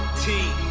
two